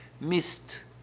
missed